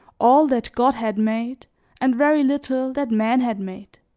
all that god had made and very little that man had made.